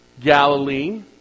Galilee